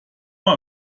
mal